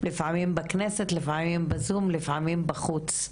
לפעמים בכנסת, לפעמים בזום, לפעמים בחוץ,